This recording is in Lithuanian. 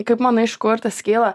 kaip manai iš kur tas kyla